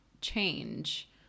change